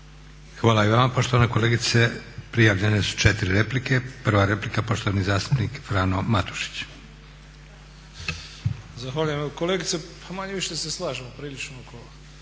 Hvala i vama poštovana kolegice. Prijavljene su četiri replike. Prva replika poštovani zastupnik Frano Matušić. **Matušić, Frano (HDZ)** Zahvaljujem. Kolegice, pa manje-više se slažemo prilično oko